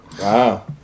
Wow